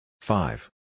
Five